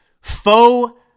faux